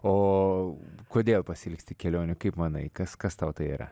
o kodėl pasiilgsti kelionių kaip manai kas kas tau tai yra